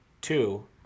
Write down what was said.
Two